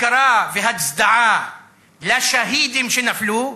אזכרה והצדעה לשהידים שנפלו,